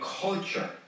culture